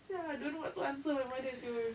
sia I don't know what to answer my mother [siol]